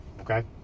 okay